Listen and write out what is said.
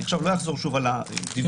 אני לא אחזור עכשיו על הדיווח.